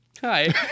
Hi